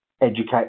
educate